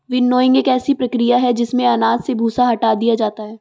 winnowing एक ऐसी प्रक्रिया है जिसमें अनाज से भूसा हटा दिया जाता है